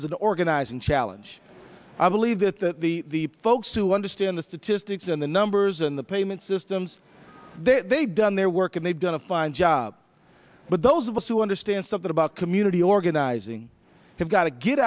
is an organizing challenge i believe that that the folks who understand the statistics in the numbers and the payment systems they've done their work and they've done a fine job but those of us who understand something about community organizing have got to get